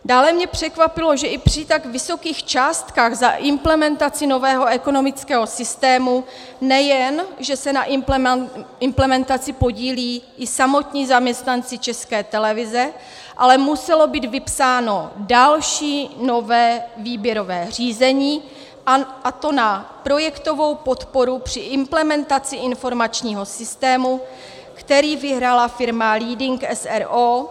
Dále mě překvapilo, že i při tak vysokých částkách za implementaci nového ekonomického systému nejen že se na implementaci podílí i samotní zaměstnanci České televize, ale muselo být vypsáno další, nové výběrové řízení, a to na projektovou podporu při implementaci informačního systému, který vyhrála firma Leading s. r. o.